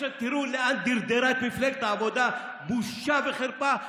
תראו לאן דרדרה את מפלגת העבודה, בושה וחרפה.